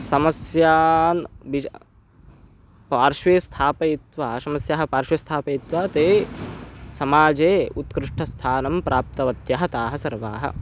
समस्याः बीजः पार्श्वे स्थापयित्वा समस्याः पार्श्वे स्थापयित्वा ताः समाजे उत्कृष्ठस्थानं प्राप्तवत्यः ताः सर्वाः